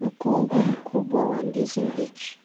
Mkungu mkubwa wa ndizi mbichi